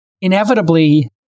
inevitably